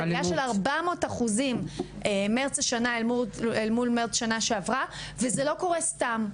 עליה של 400% ממרץ השנה אל מול מרץ שנה שעברה וזה לא קורה סתם.